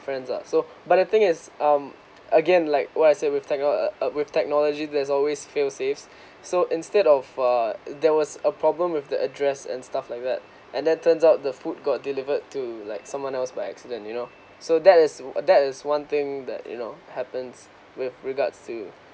friends lah so but the thing is um again like what I said with techno uh uh with technology there's always fail so instead of uh there was a problem with the address and stuff like that and that turns out the food got delivered to like someone else by accident you know so that is that is one thing that you know happens with regards to